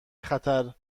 خطر